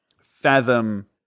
fathom